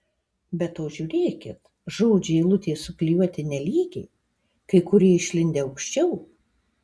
be to žiūrėkit žodžiai eilutėje suklijuoti nelygiai kai kurie išlindę aukščiau